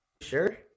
sure